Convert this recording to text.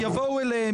יבואו אליהם,